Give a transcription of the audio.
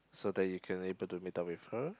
so that you can able to meet up with her